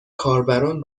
کاربران